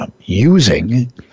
using